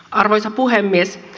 arvoisa puhemies